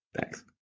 Thanks